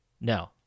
No